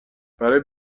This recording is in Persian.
برای